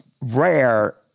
rare